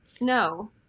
No